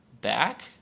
back